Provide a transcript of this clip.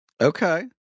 Okay